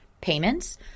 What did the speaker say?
payments